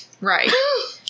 Right